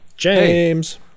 James